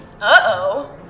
Uh-oh